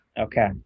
Okay